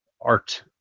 art